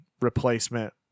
replacement